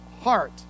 heart